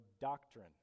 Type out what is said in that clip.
doctrine